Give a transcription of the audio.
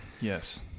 Yes